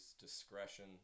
discretion